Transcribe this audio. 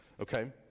Okay